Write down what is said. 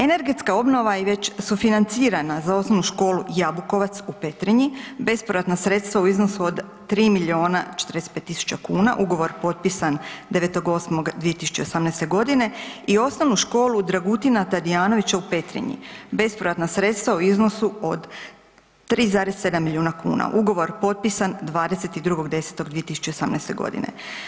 Energetska obnova je već sufinancirana za Osnovnu školu Jabukovac u Petrinji, bespovratna sredstva u iznosu 3 milijuna 35 tisuća kuna, ugovor potpisan 9.8.2018. godine i Osnovnu školu Dragutina Tadijanovića u Petrinji, bespovratna sredstva u iznosu 3,7 milijuna kuna, ugovor potpisan 22.10.2018. godine.